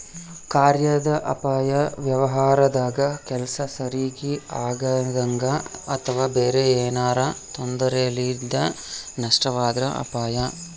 ಕಾರ್ಯಾದ ಅಪಾಯ ವ್ಯವಹಾರದಾಗ ಕೆಲ್ಸ ಸರಿಗಿ ಆಗದಂಗ ಅಥವಾ ಬೇರೆ ಏನಾರಾ ತೊಂದರೆಲಿಂದ ನಷ್ಟವಾದ್ರ ಅಪಾಯ